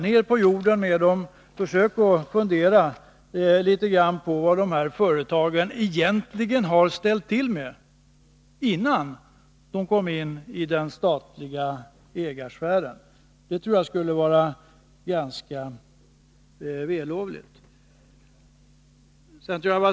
Ned på jorden med den, och försök att fundera litet grand på vad de här företagen egentligen har ställt till med innan de kom in i den statliga ägarsfären — det tror jag skulle var vällovligt.